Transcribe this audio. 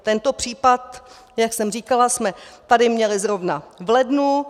Tento případ, jak jsem říkala, jsme tady měli zrovna v lednu.